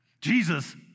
Jesus